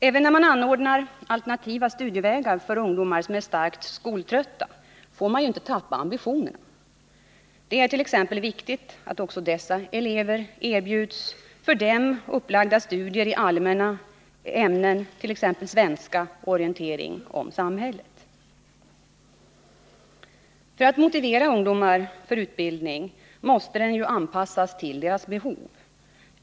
Även när man anordnar alternativa studievägar för ungdomar som är starkt skoltrötta, får man inte tappa ambitionerna. Det är t.ex. viktigt att också dessa elever erbjuds för dem upplagda studier i allmänna ämnen, t.ex. svenska och orientering om samhället. För att motivera ungdomar för utbildning måste denna anpassas till deras behov.